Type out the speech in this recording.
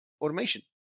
automation